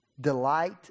delight